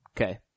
Okay